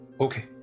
Okay